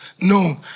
No